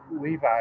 Levi